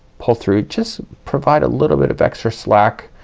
pull through just provide a little bit of extra slack,